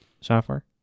software